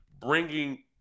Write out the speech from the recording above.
bringing